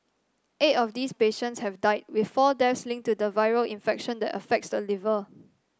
eight of these patients have died with four deaths linked to the viral infection that affects the liver